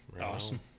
Awesome